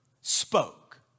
spoke